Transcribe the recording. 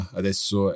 adesso